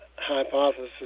hypothesis